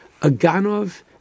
Aganov